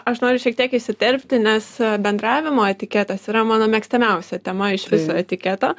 aš noriu šiek tiek įsiterpti nes bendravimo etiketas yra mano mėgstamiausia tema iš viso etiketo